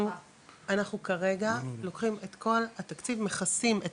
אנחנו כרגע לוקחים את כל התקציב מכסים את